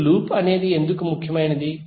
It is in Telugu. ఇప్పుడు లూప్ అనేది ఎందుకు ముఖ్యమైనది